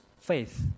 faith